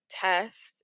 test